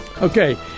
Okay